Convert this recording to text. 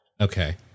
Okay